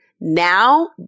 Now